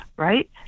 right